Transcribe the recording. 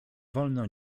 wolno